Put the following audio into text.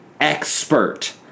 expert